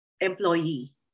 employee